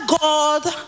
God